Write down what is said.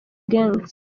gangs